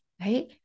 right